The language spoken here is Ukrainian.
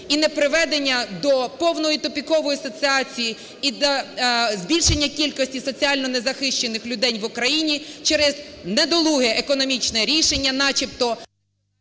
і неприведення до повної тупікової ситуації і до збільшення кількості соціально незахищених людей в Україні через недолуге економічне рішення начебто…